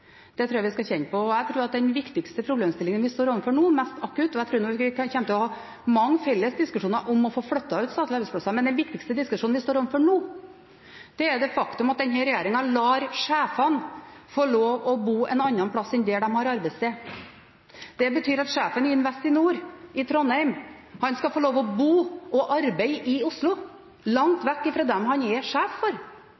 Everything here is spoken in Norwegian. Det tror jeg vi skal kjenne på. Jeg tror også at den viktigste problemstillingen vi står overfor nå, den mest akutte – og jeg tror nok vi kommer til å ha mange felles diskusjoner om å få flyttet ut statlige arbeidsplasser – nemlig er det faktum at denne regjeringen lar sjefene få lov til å bo et annet sted enn der de har arbeidssted. Det betyr at sjefen i Investinor i Trondheim skal få lov til å bo og arbeide i Oslo, langt